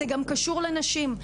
זה גם קשור לנשים.